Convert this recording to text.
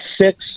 six